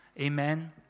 amen